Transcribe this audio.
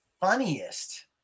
Funniest